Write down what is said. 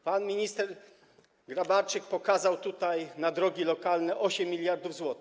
Pan minister Grabarczyk pokazał tutaj: na drogi lokalne 8 mld zł.